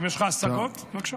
אם יש לך השגות, בבקשה.